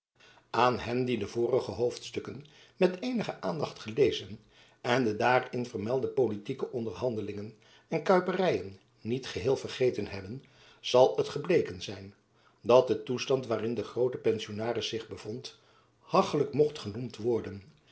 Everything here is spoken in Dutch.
aan hen die de vorige hoofdstukken met eenige aandacht gelezen en de daarin vermelde politieke onderhandelingen en kuiperyen niet geheel vergeten hebben zal het gebleken zijn dat de toestand waarin de groote pensionaris zich bevond hachlijk mocht genoemd worden